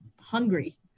hungry